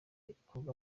ikorwa